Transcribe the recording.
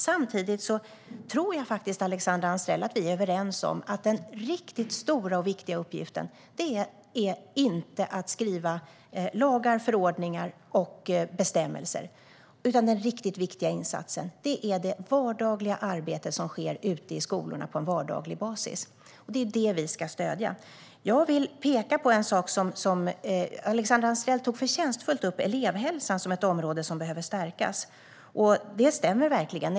Samtidigt tror jag faktiskt, Alexandra Anstrell, att vi är överens om att den riktigt stora och viktiga uppgiften inte är att skriva lagar, förordningar eller bestämmelser. Den riktigt viktiga insatsen är det arbete som sker ute i skolorna på vardaglig basis. Det är det vi ska stödja. Jag vill peka på elevhälsan, som Alexandra Anstrell förtjänstfullt tog upp som ett område som behöver stärkas. Det stämmer verkligen.